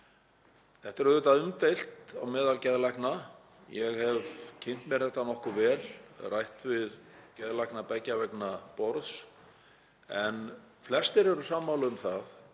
Þetta er auðvitað umdeilt meðal geðlækna. Ég hef kynnt mér þetta nokkuð vel, rætt við geðlækna beggja vegna borðs en flestir eru sammála um að